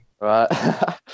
Right